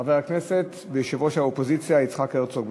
מס' 1920. חבר הכנסת וראש האופוזיציה יצחק הרצוג,